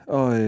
og